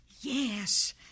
Yes